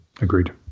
Agreed